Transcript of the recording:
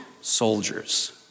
soldiers